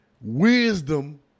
Wisdom